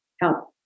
help